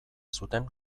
zuten